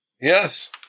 Yes